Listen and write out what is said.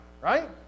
Right